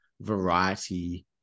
variety